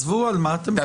תעזבו, על מה אתם מדברים.